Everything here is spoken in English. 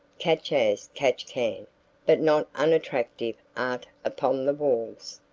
catch-as-catch-can, but not unattractive, art upon the walls.